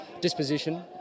disposition